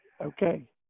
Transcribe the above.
Okay